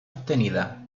obtenida